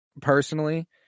personally